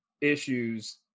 issues